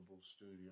studio